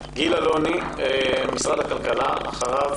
גיל אלוני ממשרד הכלכלה, אחריו